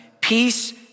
Peace